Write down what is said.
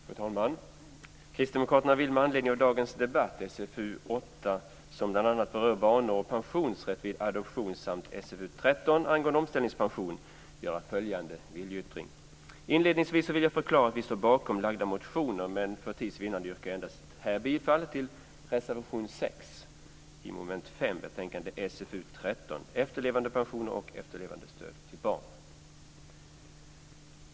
Fru talman! Kristdemokraterna vill med anledning av dagens debatt om SfU8, som bl.a. berör barnår och pensionsrätt vid adoption, samt SfU13 angående omställningspension, göra följande viljeyttring. Inledningsvis vill jag förklara att vi står bakom framlagda motioner, men för tids vinnande yrkar jag här bifall endast till reservation 6 under mom. 5, betänkande SfU13, Efterlevandepensioner och efterlevandestöd till barn.